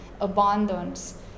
abundance